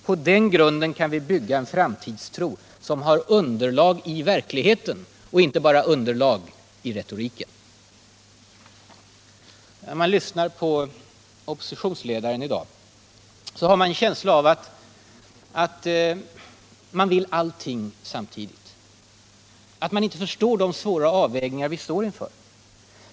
På den grunden kan vi bygga en framtidstro som har underlag i verkligheten och inte bara i retoriken. När jag lyssnar på oppositionsledaren i dag har jag en känsla av att man vill allting samtidigt, att man inte förstår de svåra avvägningar som vi står inför.